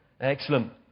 Excellent